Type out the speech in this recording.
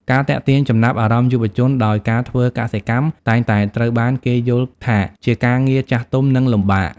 ការទាក់ទាញចំណាប់អារម្មណ៍យុវជន ដោយការធ្វើកសិកម្មតែងតែត្រូវបានគេយល់ថាជាការងារចាស់ទុំ និងលំបាក។